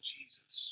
Jesus